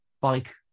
bike